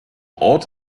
ort